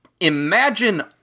imagine